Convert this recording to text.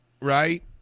right